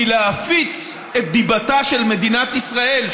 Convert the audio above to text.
כי להפיץ את דיבתה של מדינת ישראל,